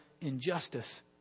injustice